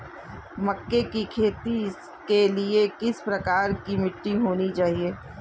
मक्के की खेती के लिए किस प्रकार की मिट्टी होनी चाहिए?